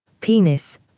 penis